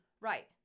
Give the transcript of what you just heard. Right